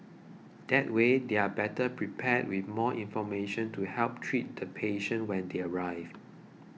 that way they are better prepared with more information to help treat the patient when they arrive